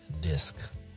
Disc